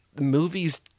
movies